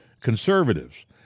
conservatives